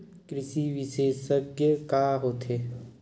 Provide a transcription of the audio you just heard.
कृषि विशेषज्ञ का होथे?